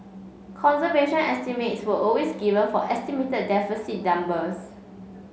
conservation estimates were always given for estimated deficit numbers